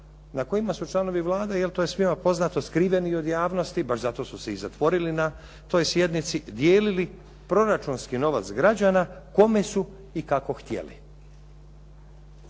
na kojima su članovi Vlade, jer to je svima poznato skriveni od javnosti, baš zato su se i zatvorili na toj sjednici, dijelili proračunski novac građana kome su i kako htjeli.